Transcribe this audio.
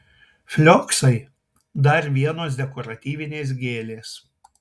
flioksai dar vienos dekoratyvinės gėlės